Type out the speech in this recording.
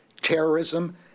terrorism